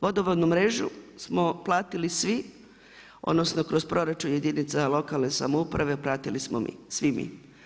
Vodovodnu mrežu smo platili svi odnosno kroz proračun jedinica lokalne samouprave platili smo svi mi.